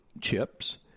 chips